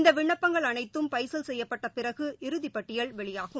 இந்தவிண்ணப்பங்கள் அனைத்தும் பைசல் செய்யப்பட்டபிறகு இறுதிப் பட்டியல் வெளியாகும்